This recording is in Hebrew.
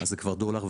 אז כבר 1.10 דולר,